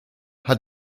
hat